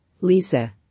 lisa